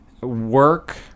work